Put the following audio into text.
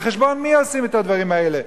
על חשבון מי עושים את הדברים האלה?